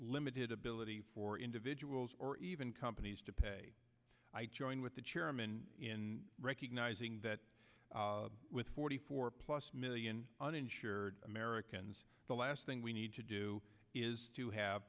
limited ability for individuals or even companies to pay i join with the chairman in recognizing that with forty four plus million uninsured americans the last thing we need to do is to have